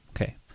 Okay